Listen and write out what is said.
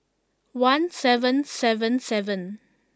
one seven seven seven